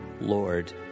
Lord